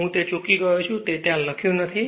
હું તે ચૂકી ગયો છું કે તે ત્યાં લખ્યું નથી